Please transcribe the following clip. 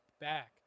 back